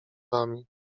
wami